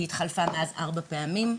היא התחלפה מאז כבר ארבע פעמים.